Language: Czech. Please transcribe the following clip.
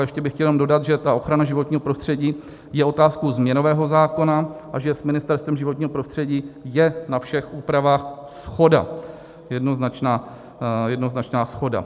Ještě bych chtěl jenom dodat, že ta ochrana životního prostředí je otázkou změnového zákona a že s Ministerstvem životního prostředí je na všech úpravách shoda, jednoznačná shoda.